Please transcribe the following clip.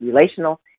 relational